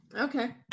Okay